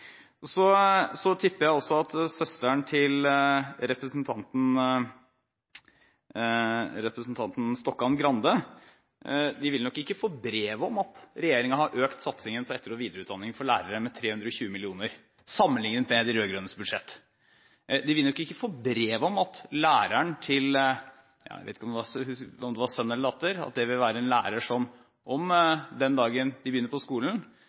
tipper også at søsteren til representanten Grande nok ikke vil få brev om at regjeringen har økt satsingen på etter- og videreutdanning for lærere med 320 mill. kr, sammenliknet med de rød-grønnes budsjett. De vil nok ikke få brev om at læreren til sønnen eller datteren deres, den dagen de begynner på skolen, har fått muligheten til faglig påfyll i bl.a. matematikk. De vil kanskje heller ikke få brev om